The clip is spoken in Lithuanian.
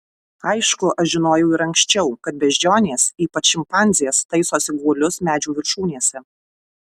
aišku aš žinojau ir anksčiau kad beždžionės ypač šimpanzės taisosi guolius medžių viršūnėse